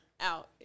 out